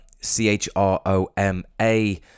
C-H-R-O-M-A